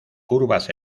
curvas